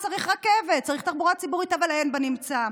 צריך רכבת, צריך תחבורה ציבורית, אבל אין בנמצא.